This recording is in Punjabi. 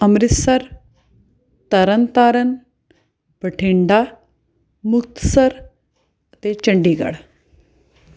ਅੰਮ੍ਰਿਤਸਰ ਤਰਨ ਤਾਰਨ ਬਠਿੰਡਾ ਮੁਕਤਸਰ ਅਤੇ ਚੰਡੀਗੜ੍ਹ